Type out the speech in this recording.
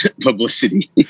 publicity